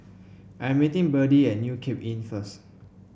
I'm meeting Byrdie at New Cape Inn first